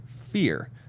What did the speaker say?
fear